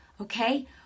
okay